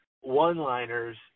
one-liners